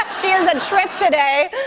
um she is a trip today.